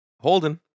Holden